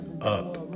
up